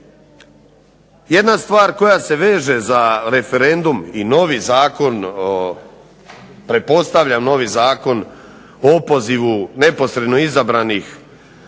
Jedna stvar koja se veže za referendum i pretpostavljam novi Zakon o opozivu neposredno izabranih